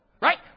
Right